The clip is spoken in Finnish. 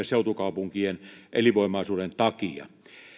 seutukaupunkien elinvoimaisuuden takia